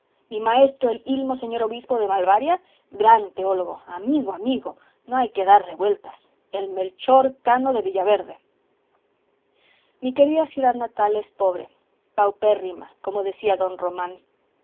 mi maestro el ilmo señor obispo de malvaria gran teólogo amigo amigo no hay que darle vueltas el melchor cano de villaverde mi querida ciudad natal es pobre paupérrima como decía don román